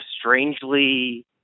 strangely